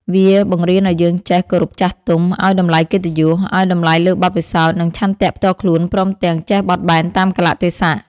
វាបង្រៀនឱ្យយើងចេះ គោរពចាស់ទុំ ឱ្យ តម្លៃកិត្តិយស ឱ្យ តម្លៃលើបទពិសោធន៍ និង ឆន្ទៈផ្ទាល់ខ្លួន ព្រមទាំង ចេះបត់បែនតាមកាលៈទេសៈ។